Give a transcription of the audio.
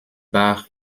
bach